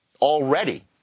Already